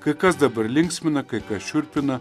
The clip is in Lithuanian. kai kas dabar linksmina kai kas šiurpina